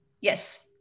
Yes